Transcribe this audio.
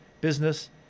business